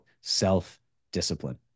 self-discipline